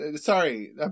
Sorry